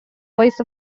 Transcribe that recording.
voice